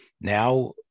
Now